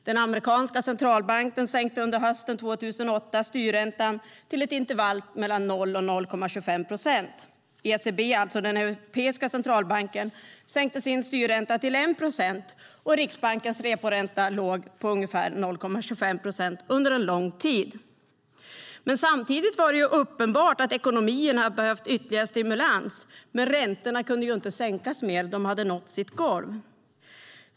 Den amerikanska centralbanken sänkte under hösten 2008 styrräntan till ett intervall mellan 0 och 0,25 procent. ECB, den europeiska centralbanken, sänkte sin styrränta till 1 procent och Riksbankens reporänta låg på ungefär 0,25 procent under en lång tid. Samtidigt var det uppenbart att ekonomierna hade behövt ytterligare stimulans, men räntorna kunde inte sänkas mer. De hade nått sitt golv.